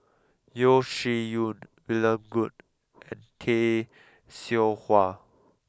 Yeo Shih Yun William Goode and Tay Seow Huah